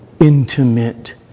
intimate